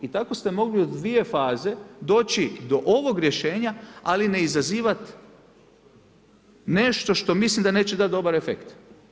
I tako ste mogli u 2 faze doći do ovog rješenja, ali ne izazivati, nešto što mislim da neće dati dobar efekt.